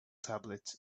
tablet